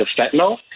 fentanyl